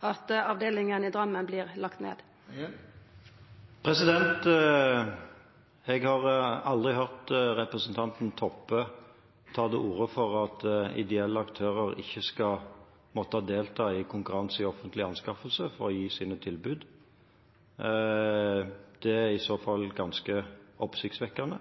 at avdelinga i Drammen vert lagd ned? Jeg har aldri hørt representanten Toppe ta til orde for at ideelle aktører ikke skal måtte delta i konkurranse i offentlige anskaffelser for å gi sine tilbud. Det er i så fall ganske oppsiktsvekkende.